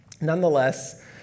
Nonetheless